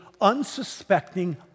unsuspecting